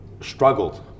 struggled